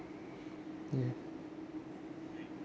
ya